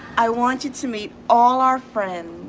i want you to meet all our friends